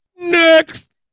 Next